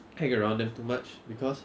hang around them too much because